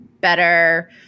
better